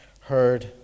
heard